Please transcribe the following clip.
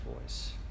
voice